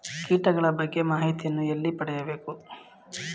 ಕೀಟಗಳ ಬಗ್ಗೆ ಮಾಹಿತಿಯನ್ನು ಎಲ್ಲಿ ಪಡೆಯಬೇಕು?